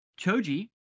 Choji